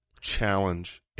challenge